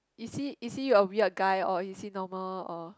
is he is he a weird guy or is he normal or